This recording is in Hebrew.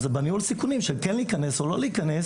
אז בניהול סיכונים של כן להיכנס או לא להיכנס